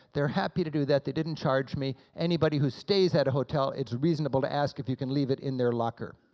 they're happy to do that, they didn't charge me. anybody who stays at a hotel, it's reasonable to ask if you can leave it in their locker.